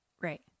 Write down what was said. Right